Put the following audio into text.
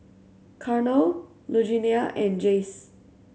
Carnell Lugenia and Jace